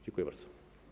Dziękuję bardzo.